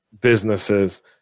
Businesses